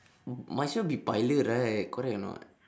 might as well be pilot right correct or not